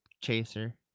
Chaser